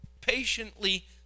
patiently